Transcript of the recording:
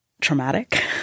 traumatic